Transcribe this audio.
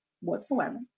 whatsoever